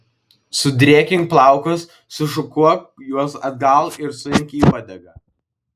sudrėkink plaukus sušukuok juos atgal ir suimk į uodegą